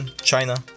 China